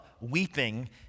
weeping